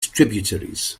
tributaries